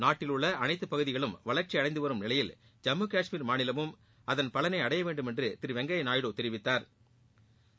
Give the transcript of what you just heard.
நாட்டில் உள்ள அனைத்து பகுதிகளும் வளர்ச்சி அடைந்து வரும் நிலையில் ஜம்மு கஷ்மீர் மாநிலமும் அதன் பலனை அடைய வேண்டுமென்று திரு வெங்கையாநாயுடு தெரிவித்தாா்